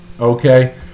okay